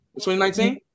2019